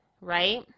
right